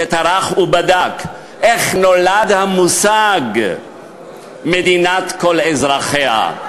שטרח ובדק איך נולד המושג "מדינת כל אזרחיה".